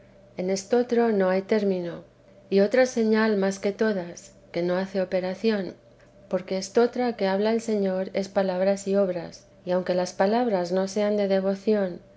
en estotro no hay término y otra señal más que todas que no hace operación porque estotra que habla el señor es palabras y obras y aunque las palabras no sean de devoción